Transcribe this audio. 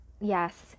yes